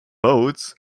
votes